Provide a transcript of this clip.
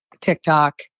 TikTok